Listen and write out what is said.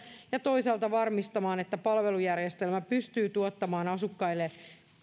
ja toisaalta varmistamaan että palvelujärjestelmä pystyy tuottamaan asukkaille